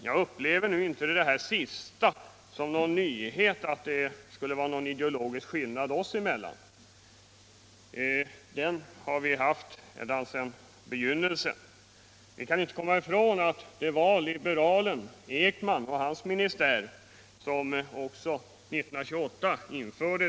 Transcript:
För att stimulera sysselsättningen bland ungdomen vidtog den föregående regeringen en rad åtgärder. Bl. a. fick kommunerna statsbidrag med 75 96 för att anordna beredskapsarbeten åt arbetslösa ungdomar under 25 år.